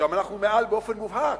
שם אנחנו מעל באופן מובהק,